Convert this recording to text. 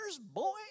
boy